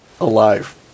alive